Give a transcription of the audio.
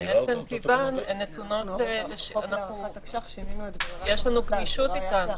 שמעצם טיבן - יש לנו גמישות אתן.